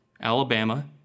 Alabama